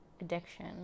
addiction